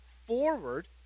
forward